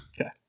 Okay